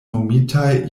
nomitaj